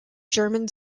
german